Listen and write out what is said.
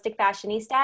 Fashionista